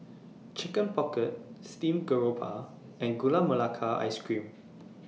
Chicken Pocket Steamed Garoupa and Gula Melaka Ice Cream